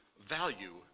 value